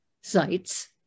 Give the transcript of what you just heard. sites